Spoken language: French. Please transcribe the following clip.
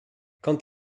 quand